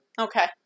Okay